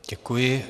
Děkuji.